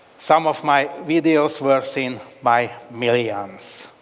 some of my videos were seen by millions.